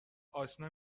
آشنا